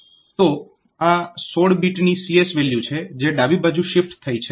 તો આ 16 બીટની CS વેલ્યુ છે જે ડાબી બાજુ શિફ્ટ થઈ છે